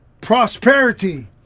prosperity